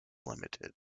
limited